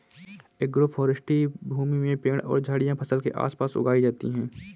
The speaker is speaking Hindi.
एग्रोफ़ोरेस्टी भूमि में पेड़ और झाड़ियाँ फसल के आस पास उगाई जाते है